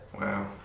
Wow